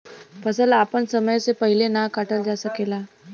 फसल आपन समय से पहिले ना काटल जा सकेला